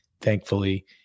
thankfully